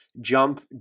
jump